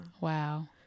Wow